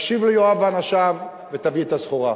תקשיב ליואב ואנשיו ותביא את הסחורה.